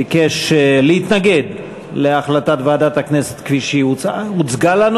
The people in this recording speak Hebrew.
ביקש להתנגד להחלטת ועדת הכנסת כפי שהיא הוצגה לנו.